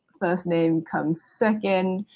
first names comes second,